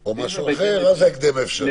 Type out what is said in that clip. או משהו אחר, אז ההקדם האפשרי.